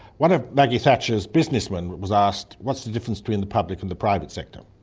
one of maggie thatcher's businessmen was asked what is the difference between the public and private sector.